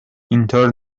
اینطور